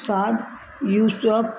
સાગ યુ શોપ